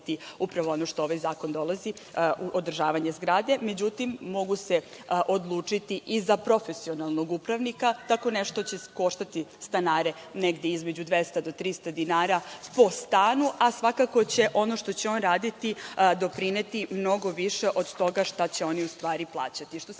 upravo neko od njih i voditi održavanje zgrade, međutim mogu se odlučiti i za profesionalnog upravnika. Tako nešto će koštati stanare između 200 do 300 po stanu, a svakako ono što će on raditi će doprineti mnogo više od toga šta će oni u stvari plaćati. Što